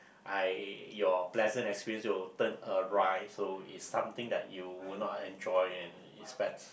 I your pleasant experience will turn alright so it's something that you would not enjoy and it's best